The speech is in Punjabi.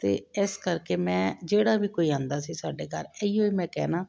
ਅਤੇ ਇਸ ਕਰਕੇ ਮੈਂ ਜਿਹੜਾ ਵੀ ਕੋਈ ਆਉਂਦਾ ਸੀ ਸਾਡੇ ਘਰ ਇਹੀ ਓ ਮੈਂ ਕਹਿਣਾ